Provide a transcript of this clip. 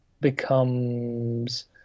becomes